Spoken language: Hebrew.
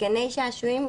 מתקני שעשועים,